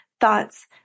thoughts